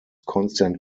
constant